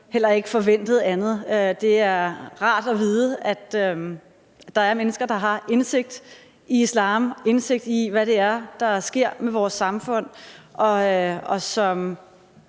heller ikke havde forventet andet. Det er rart at vide, at der er mennesker, der har indsigt i islam, indsigt i, hvad det er, der sker med vores samfund, og som